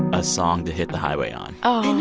a song to hit the highway on oh,